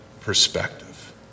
perspective